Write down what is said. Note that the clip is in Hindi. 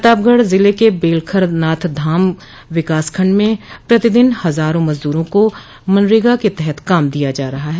प्रतापगढ़ जिले के बेलखरनाथ धाम विकास खंड में प्रतिदिन हजारों मजदूरों को मनरेगा के तहत काम दिया जा रहा है